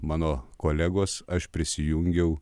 mano kolegos aš prisijungiau